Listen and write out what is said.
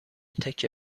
تکه